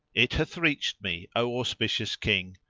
it hath reached me, o auspicious king,